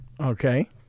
Okay